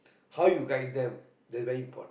how you guide them is very important